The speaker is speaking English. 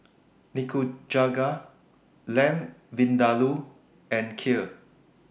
Nikujaga Lamb Vindaloo and Kheer